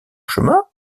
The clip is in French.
chemin